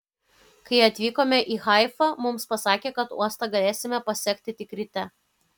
kai atvykome į haifą mums pasakė kad uostą galėsime pasekti tik ryte